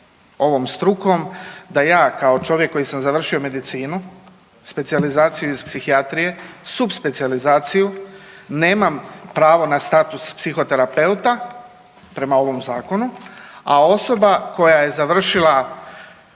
ovom strukom da ja kao čovjek koji sam završio medicinu, specijalizaciju iz psihijatrije, subspecijalizaciju, nemam pravo na status psihoterapeuta prema ovom zakonu, a osoba koja je završila